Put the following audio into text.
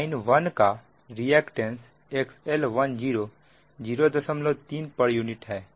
line 1 का XL10 03 pu है